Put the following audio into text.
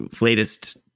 latest